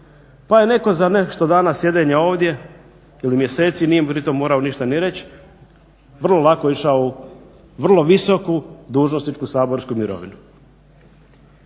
Pa je neko za nešto sjedenja dana ovdje ili mjeseci, nije pritom morao ništa ni reć, vrlo lako išao u vrlo visoku dužnosničku, saborsku mirovinu.